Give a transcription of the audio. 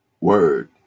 word